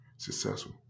Successful